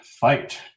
fight